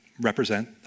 represent